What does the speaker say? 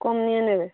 কম নিয়ে নেবে